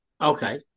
Okay